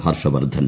Harshvardhan